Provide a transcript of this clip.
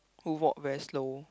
who walk very slow